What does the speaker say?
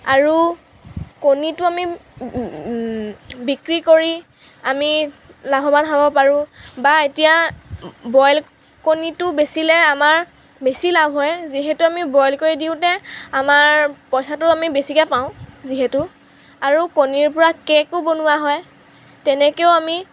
আৰু কণীটো আমি বিক্ৰী কৰি আমি লাভৱান হ'ব পাৰোঁ বা এতিয়া বইল কণীটো বেচিলে আমাৰ বেছি লাভ হয় যিহেতু আমি বইল কৰি দিওঁতে আমাৰ পইচাটো আমি বেছিকৈ পাওঁ যিহেতু আৰু কণীৰ পৰা কেকো বনোৱা হয় তেনেকৈয়ো আমি